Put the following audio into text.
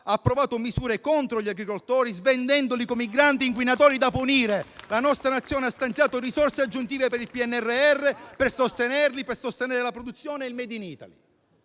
ha approvato misure contro gli agricoltori, svendendoli come i grandi inquinatori da punire. La nostra Nazione ha stanziato risorse aggiuntive per il PNRR, per sostenerli e per sostenere la produzione e il *made in Italy*.